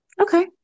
okay